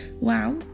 wow